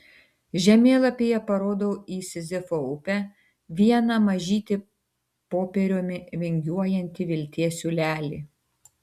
žemėlapyje parodau į sizifo upę vieną mažytį popieriumi vingiuojantį vilties siūlelį